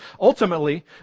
Ultimately